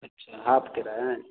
अच्छा हाफ किराया है